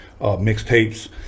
mixtapes